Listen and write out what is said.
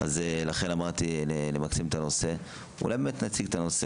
אולי נציג את הנושא של